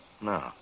No